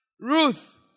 Ruth